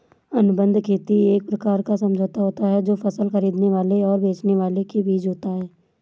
अनुबंध खेती एक प्रकार का समझौता होता है जो फसल खरीदने वाले और बेचने वाले के बीच होता है